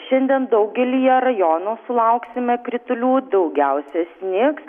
šiandien daugelyje rajonų sulauksime kritulių daugiausia snigs